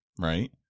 right